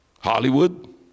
Hollywood